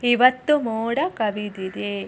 ಇವತ್ತು ಮೋಡ ಕವಿದಿದೆ